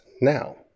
now